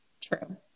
True